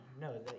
no